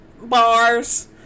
Bars